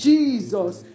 Jesus